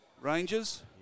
Rangers